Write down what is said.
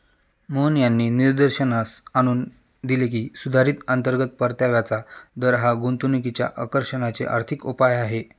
मोहन यांनी निदर्शनास आणून दिले की, सुधारित अंतर्गत परताव्याचा दर हा गुंतवणुकीच्या आकर्षणाचे आर्थिक उपाय आहे